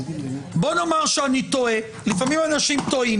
249. בואו נאמר שאני טועה, לפעמים אנשים טועים.